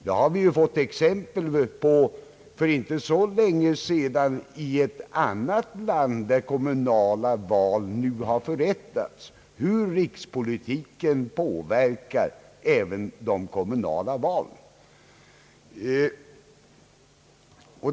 Vi har ju för inte så länge sedan från ett annat land, där kommunala val förrättats, fått belägg för hur rikspolitiken påverkar även de kommunala valen.